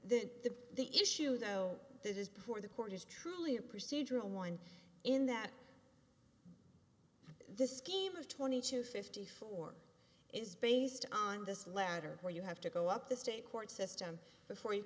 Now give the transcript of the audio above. t the the issue though that is before the court is truly a procedural one in that this scheme of twenty to fifty four is based on this letter where you have to go up the state court system before you